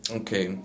okay